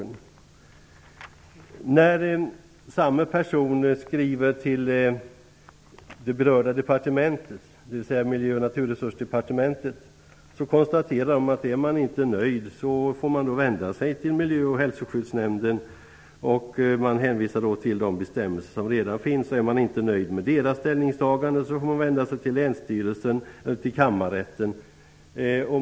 När samma person skriver till det berörda departementet, Miljö och naturresursdepartementet, hänvisar man till de bestämmelser som redan finns. Departementet konstaterar att är man inte nöjd får man vända sig till miljö och hälsoskyddsnämnden. Är man inte nöjd med dess ställningstagande får man vända sig till länsstyrelsen eller till Kammarrätten.